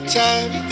time